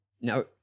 Now